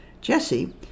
Jesse